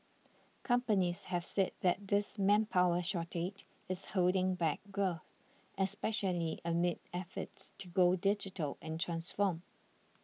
companies have said that this manpower shortage is holding back growth especially amid efforts to go digital and transform